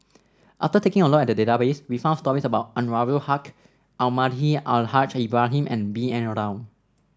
after taking a look at the database we found stories about Anwarul Haque Almahdi Al Haj Ibrahim and B N Rao